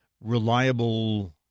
reliable